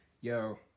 yo